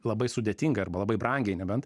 labai sudėtingai arba labai brangiai nebent